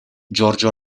giorgio